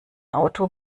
auto